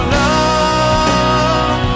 love